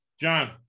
John